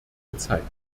gezeigt